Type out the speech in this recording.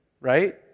right